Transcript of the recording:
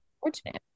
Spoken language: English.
fortunate